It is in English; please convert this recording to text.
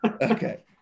Okay